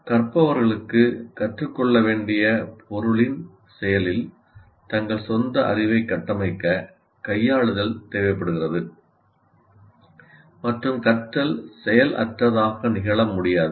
கற்பவர்களுக்கு கற்றுக்கொள்ள வேண்டிய பொருளின் செயலில் தங்கள் சொந்த அறிவைக் கட்டமைக்க கையாளுதல் தேவைப்படுகிறது மற்றும் கற்றல் செயலற்றதாக நிகழ முடியாது